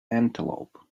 antelope